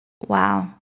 Wow